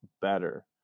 better